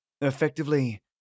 Effectively